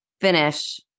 Finish